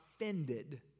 offended